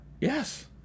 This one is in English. Yes